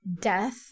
death